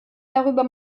darüber